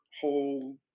whole